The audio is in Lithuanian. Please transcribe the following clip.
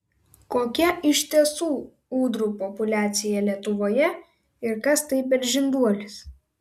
kokia iš tiesų ūdrų populiacija lietuvoje ir kas tai per žinduolis